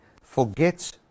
forgets